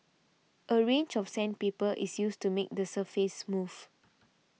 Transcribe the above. a range of sandpaper is used to make the surface smooth